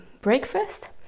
breakfast